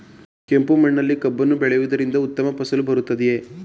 ಕೆಂಪು ಮಣ್ಣಿನಲ್ಲಿ ಕಬ್ಬನ್ನು ಬೆಳೆಯವುದರಿಂದ ಉತ್ತಮ ಫಸಲು ಬರುತ್ತದೆಯೇ?